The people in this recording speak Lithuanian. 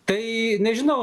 tai nežinau